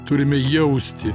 turime jausti